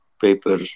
paper